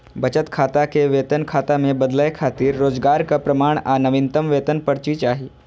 बचत खाता कें वेतन खाता मे बदलै खातिर रोजगारक प्रमाण आ नवीनतम वेतन पर्ची चाही